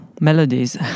melodies